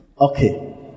Okay